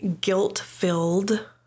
guilt-filled